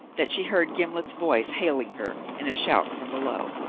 that she heard gimblet's voice hailing her in a shout from below.